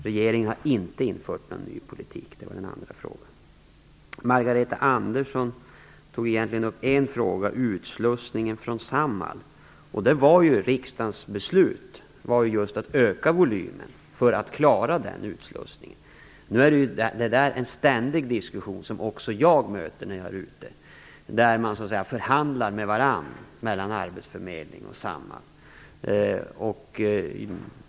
Regeringen har inte infört någon ny politik. Det var svar på den andra frågan. Margareta Andersson tog egentligen upp en fråga, utslussningen från Samhall. Riksdagens beslut var just att öka volymen för att klara den utslussningen. Det där är en ständig diskussion som även jag möter. Man förhandlar så att säga med varandra mellan arbetsförmedling och Samhall.